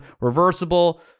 reversible